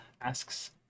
asks